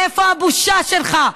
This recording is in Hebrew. איפה הבושה שלך?